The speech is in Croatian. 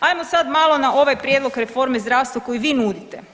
Hajmo sad malo na ovaj prijedlog reforme zdravstva koji vi nudite.